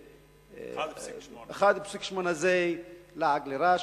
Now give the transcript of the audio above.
1.8% זה לעג לרש,